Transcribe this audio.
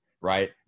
right